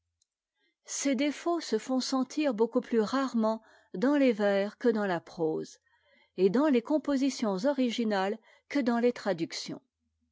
ces défauts se font sentir beaucoup plus rarement dans les vers que dans la prose et dans les compositions originales que dans les traductions